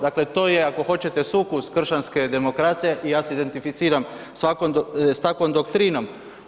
Dakle, to je ako hoćete sukus kršćanske demokracije i ja se identificiram s takvom doktrinom.